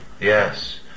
yes